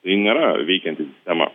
tai nėra veikianti sistema